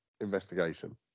investigation